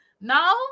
Now